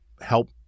help